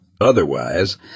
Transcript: Otherwise